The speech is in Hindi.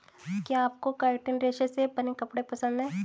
क्या आपको काइटिन रेशे से बने कपड़े पसंद है